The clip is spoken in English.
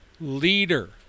leader